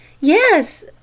Yes